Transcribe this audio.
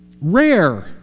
rare